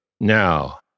Now